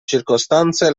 circostanze